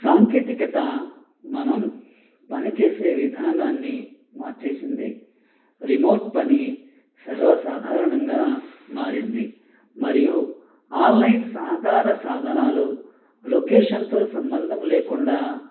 సాంకేతికత మనం పనిచేసే విధానాన్ని మార్చేసింది రిమోట్ పని సర్వసాధారణంగా మారింది మరియు ఆన్లైన్ సహకార సాధనాలు లొకేషన్తో సంబంధం లేకుండా